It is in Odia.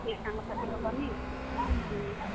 ଏ ସାଙ୍ଗସାଥି ହବନି ହୁଁ